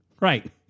Right